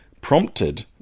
prompted